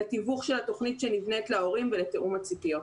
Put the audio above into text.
לתיווך של התוכנית שנבנית להורים ולתיאום הציפיות.